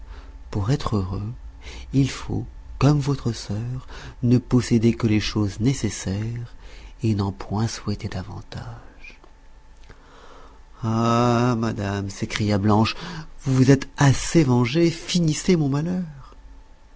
pour être heureux il faut comme votre sœur ne posséder que les choses nécessaires et n'en point souhaiter davantage ah madame s'écria blanche vous vous êtes assez vengée finissez mon malheur